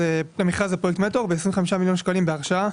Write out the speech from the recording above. מכרז לפרויקט מטאור ו-25 מיליון שקלים בהרשאה